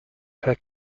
per